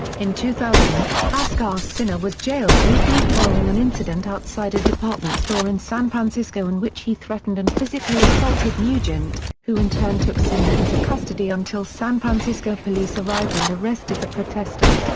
in two thousand, bhaskar sinha was jailed briefly following an incident outside a department store in san francisco in which he threatened and physically assaulted nugent, who in turn took sinha into custody until san francisco police arrived and arrested the protester.